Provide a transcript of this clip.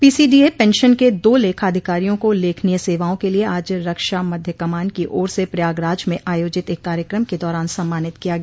PCDA pension के दो लेखाधिकारियों को उल्लेखनीय सेवाओं के लिये आज रक्षा मध्य कमान की ओर से प्रयागराज में आयोजित एक कार्यक्रम के दौरान सम्मानित किया गया